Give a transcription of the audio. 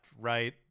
right